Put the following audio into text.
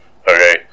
Okay